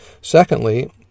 Secondly